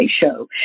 show